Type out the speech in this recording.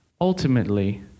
ultimately